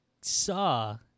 saw